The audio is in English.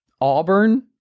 auburn